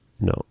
No